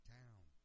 town